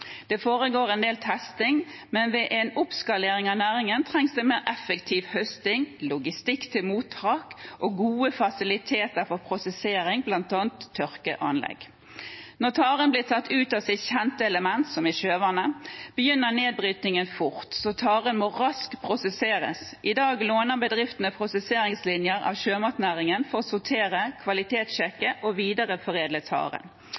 Det foregår en del testing, men ved en oppskalering av næringen trengs det mer effektiv høsting, logistikk til mottak og gode fasiliteter for prosessering, bl.a. tørkeanlegg. Når taren blir tatt ut av sitt kjente element, som er sjøvannet, begynner nedbrytningen fort, så taren må raskt prosesseres. I dag låner bedriftene prosesseringslinjer av sjømatnæringen for å sortere,